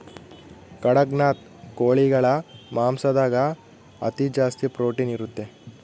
ಕಡಖ್ನಾಥ್ ಕೋಳಿಗಳ ಮಾಂಸದಾಗ ಅತಿ ಜಾಸ್ತಿ ಪ್ರೊಟೀನ್ ಇರುತ್ತೆ